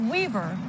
Weaver